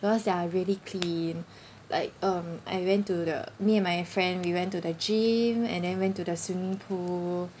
because they are really clean like um I went to the me and my friend we went to the gym and then went to the swimming pool